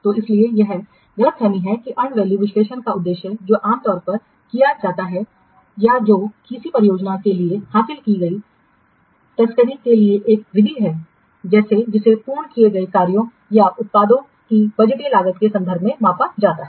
तो इसीलिए यह गलतफहमी है कि अर्नड वैल्यू विश्लेषण का उद्देश्य जो आम तौर पर किया जाता है या जो किसी परियोजना के लिए हासिल की गई तस्करी के लिए एक विधि है जिसे पूर्ण किए गए कार्यों या उत्पादों की बजटीय लागत के संदर्भ में मापा जाता है